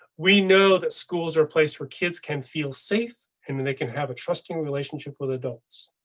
we know that schools are placed where kids can feel safe and they can have a trusting relationship with adults.